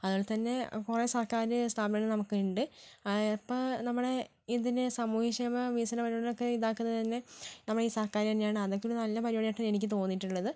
അതുപോലെതന്നെ കുറെ സർക്കാര് സ്ഥാപനങ്ങൾ നമുക്കുണ്ട് ഇപ്പോള് നമ്മുടെ ഇതിന് സാമൂഹ്യക്ഷേമ വികസന പരിപാടികളൊക്കെ ഇതാക്കുന്നത് തന്നെ നമ്മുടെ ഈ സർക്കാര് തന്നെയാണ് അതൊക്കെ ഒരു നല്ല പരിപാടിയായിട്ടാണ് എനിക്ക് തോന്നിയിട്ടുള്ളത്